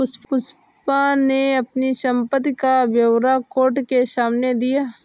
पुष्पा ने अपनी संपत्ति का ब्यौरा कोर्ट के सामने दिया